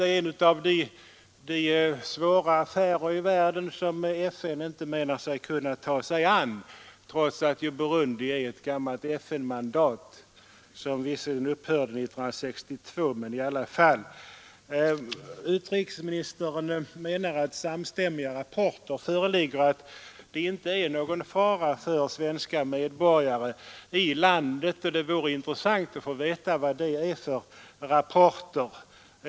Det är ett av de svåra problem i världen som FN inte har kunnat ta sig an, trots att Burundi är ett gammalt FN-mandat, som visserligen upphört 1962. Utrikesministern menar att samstämmiga rapporter föreligger och att det inte är någon fara för svenska medborgare i landet. Det vore intressant att få veta vad det är för rapporter.